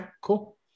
cool